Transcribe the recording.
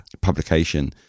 publication